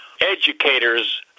educators